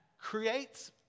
creates